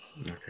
Okay